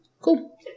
Cool